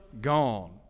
gone